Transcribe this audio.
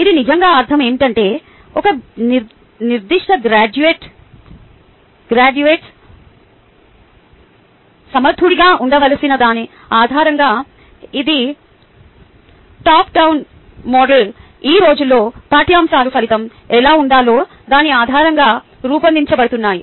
ఇది నిజంగా అర్థం ఏమిటంటే ఒక నిర్దిష్ట గ్రాడ్యుయేట్ సమర్థుడిగా ఉండవలసిన దాని ఆధారంగా ఇది టాప్ డౌన్ మోడల్ ఈ రోజుల్లో పాఠ్యాంశాలు ఫలితం ఎలా ఉండాలో దాని ఆధారంగా రూపొందించబడుతున్నాయి